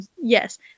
Yes